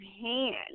hand